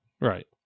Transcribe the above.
Right